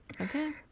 Okay